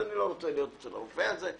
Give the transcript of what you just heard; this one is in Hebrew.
אני לא רוצה להיות אצל הרופא הזה.